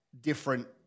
different